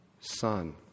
Son